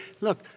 Look